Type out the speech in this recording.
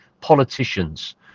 politicians